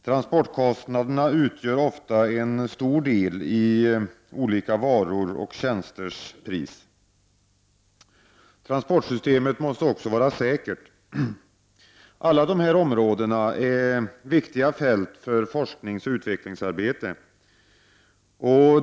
Transportkostnaderna utgör ofta en stor del i olika varors och tjänsters pris. Transportsystemet måste också vara säkert. Alla dessa områden är viktiga fält för forskningsoch utvecklingsarbete.